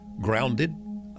grounded